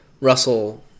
Russell